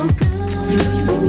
good